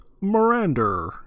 Miranda